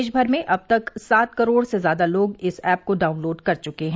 देश भर में अब तक सात करोड़ से ज्यादा लोग इस ऐप को डाउनलोड कर चुके हैं